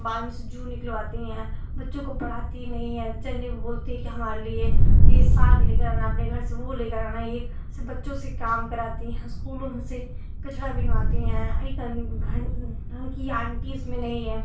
वे बालों से जू निकलवाती हैं बच्चों को पढ़ाती नहीं हैं चने बोलती है कि हमारे लिए ये साग लेकर आना अपने घर से वो लेकर आना ये सब बच्चों से काम कराती हैन इस्कूलों में से कचरा बीनवाती हैं घन ढंग कि आन्टीज में नहीं है